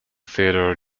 theodore